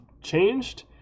changed